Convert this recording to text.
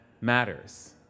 matters